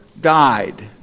died